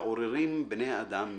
מעוררין בני אדם משנתם"